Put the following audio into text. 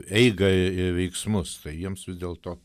eigą ir veiksmus tai jiems vis dėlto